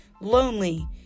lonely